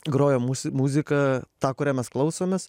groja mūs muzika tą kurią mes klausomės